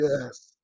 Yes